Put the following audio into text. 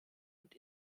und